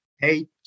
hey